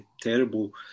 terrible